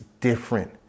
different